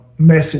Message